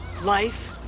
Life